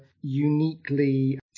uniquely